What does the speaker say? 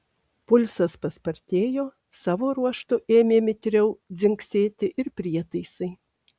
pulsas paspartėjo savo ruožtu ėmė mitriau dzingsėti ir prietaisai